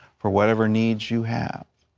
for whatever needs you have.